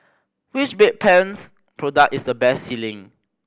which Bedpans product is the best selling